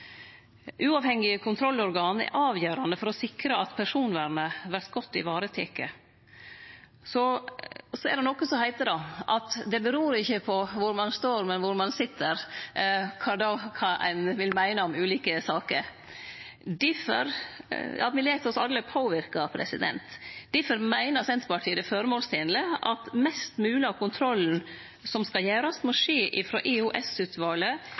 Uavhengige kontrollorgan er avgjerande for å sikre at personvernet vert godt vareteke. Og så er det noko som heiter at «det beror ikke på hvor man står, men hvor man sitter», når det gjeld kva ein vil meine om ulike saker. Ja, me lèt oss alle påverke. Difor meiner Senterpartiet det er føremålstenleg at mest mogleg av kontrollen som skal gjerast, må skje